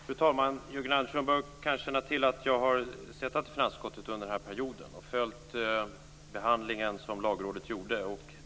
Fru talman! Jörgen Andersson bör kanske känna till att jag har suttit i finansutskottet under den här perioden och följt den behandling som Lagrådet gjorde.